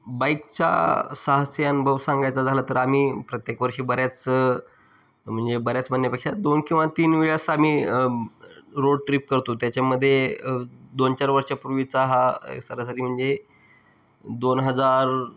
बाईकच्या सहस्यांबाबत सांगायचा झालं तर आम्ही प्रत्येक वर्षी बऱ्याच म्हणजे बऱ्याच म्हनपेक्षा दोन किंवा तीन वेळास आम्ही रोड ट्रीप करतो त्याच्यामध्ये दोन चार वर्षापूर्वीचा हा सरासरी म्हणजे दोन हजार